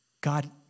God